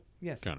Yes